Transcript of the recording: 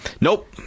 Nope